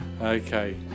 Okay